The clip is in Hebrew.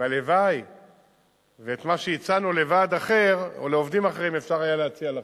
והלוואי שאת מה שהצענו לוועד אחר או לעובדים אחרים אפשר היה להציע לכם.